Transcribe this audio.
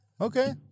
Okay